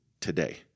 today